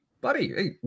Buddy